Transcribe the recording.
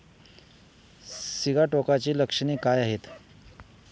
सिगाटोकाची लक्षणे काय आहेत?